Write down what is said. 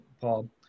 paul